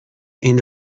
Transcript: این